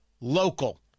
local